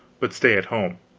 but stay at home.